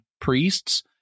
priests